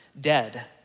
dead